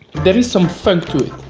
there is some funk to it,